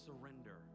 surrender